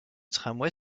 tramway